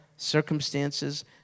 circumstances